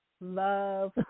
love